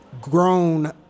grown